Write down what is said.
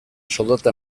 soldata